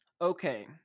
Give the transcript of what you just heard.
Okay